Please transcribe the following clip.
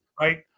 right